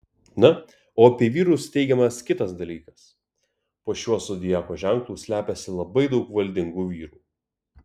na o apie vyrus teigiamas kitas dalykas po šiuo zodiako ženklu slepiasi labai daug valdingų vyrų